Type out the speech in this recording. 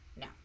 no